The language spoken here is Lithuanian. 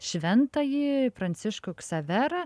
šventąjį pranciškų ksaverą